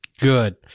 Good